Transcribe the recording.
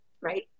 right